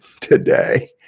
today